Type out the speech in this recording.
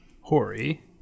Hori